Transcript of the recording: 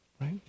right